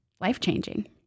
life-changing